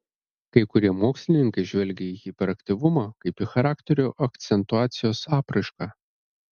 kai kurie mokslininkai žvelgia į hiperaktyvumą kaip į charakterio akcentuacijos apraišką